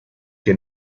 que